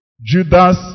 Judas